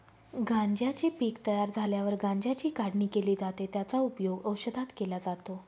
गांज्याचे पीक तयार झाल्यावर गांज्याची काढणी केली जाते, त्याचा उपयोग औषधात केला जातो